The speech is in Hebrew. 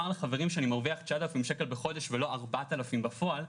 לחברים שאני מרוויח 9,000 שקל בחודש ולא 4,000 בפועל,